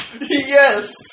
Yes